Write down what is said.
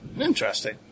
Interesting